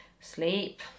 sleep